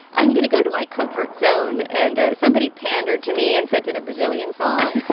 i'm going to go to my comfort zone. and somebody pandered to me and sent in a brazilian song.